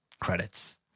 credits